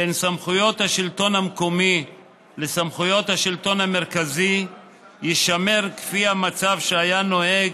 בין סמכויות השלטון המקומי לסמכויות השלטון המרכזי יישמר כפי שהיה נוהג